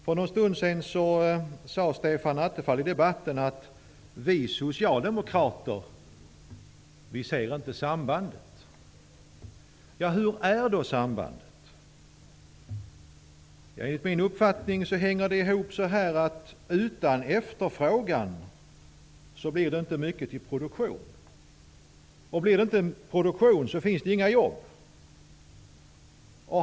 För någon stund sedan sade Stefan Attefall i debatten att vi socialdemokrater inte ser sambandet. Hur är sambandet? Enligt min mening är det enligt följande. Utan efterfrågan blir det inte mycket till produktion. Blir det inte produktion finns det inga jobb.